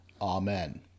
Amen